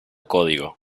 código